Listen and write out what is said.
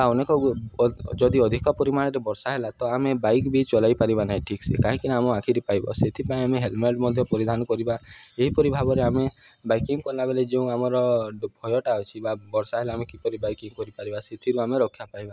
ବା ଅନେକ ଯଦି ଅଧିକ ପରିମାଣରେ ବର୍ଷା ହେଲା ତ ଆମେ ବାଇକ୍ ବି ଚଲେଇପାରିବା ନାଇଁ ଠିକ୍ସେ କାହିଁକିନା ଆମ ଆଖିରି ପାଇବ ସେଥିପାଇଁ ଆମେ ହେଲମେଟ୍ ମଧ୍ୟ ପରିଧାନ କରିବା ଏହିପରି ଭାବରେ ଆମେ ବାଇକିଂ କଲାବେେଲେ ଯେଉଁ ଆମର ଭୟଟା ଅଛି ବା ବର୍ଷା ହେଲେ ଆମେ କିପରି ବାଇକିଂ କରିପାରିବା ସେଥିରୁ ଆମେ ରକ୍ଷା ପାଇବା